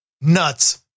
Nuts